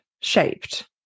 shaped